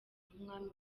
nk’umwami